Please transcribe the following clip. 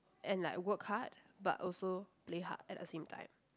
and like work hard but also play hard at the same time